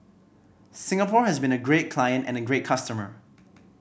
Singapore has been a great client and a great customer